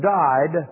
died